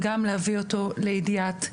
וגם להביא אותו לידיעת הציבור,